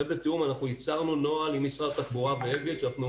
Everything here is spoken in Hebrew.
ובתיאום ייצרנו נוהל עם משרד התחבורה ואגד שאנחנו